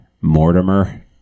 Mortimer